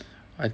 I